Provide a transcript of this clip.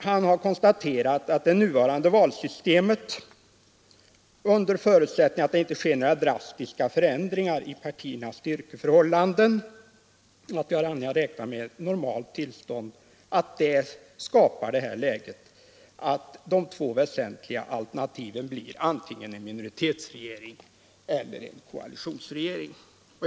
Han har konstaterat att det nuvarande valsystemet — under förutsättning av att det inte sker några drastiska förändringar i partiernas styrkeförhållanden och om vi har anledning att räkna med ett normalt tillstånd — skapar ett sådant läge, att de två väsentliga alternativen antingen blir en minoritetsregering eller en koalitionsregering.